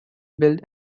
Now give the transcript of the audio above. built